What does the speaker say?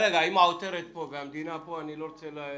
אם העותרת פה מדינה וגם המדינה פה אז אני לא רוצה להזיק.